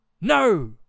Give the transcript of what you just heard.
No